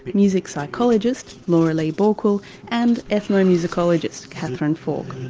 music psychologist laura-lee balkwill and ethno-musicologist catherine falk.